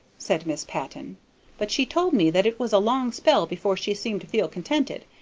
said mrs. patton but she told me that it was a long spell before she seemed to feel contented.